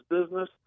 business